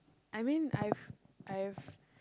I mean I've I've